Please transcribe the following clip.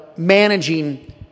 Managing